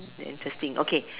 interesting okay